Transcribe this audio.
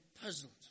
puzzled